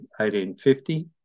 1850